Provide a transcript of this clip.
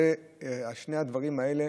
שני הדברים האלה